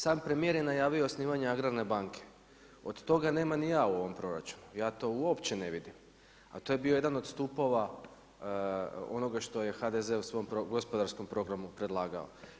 Sam premijer je najavio osnivanje agrarne banke, od toga nema ni A u ovom proračunu, ja to uopće ne vidim, a to je bio jedan od stupova ono što je HDZ u svom gospodarskom programu predlagao.